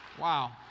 Wow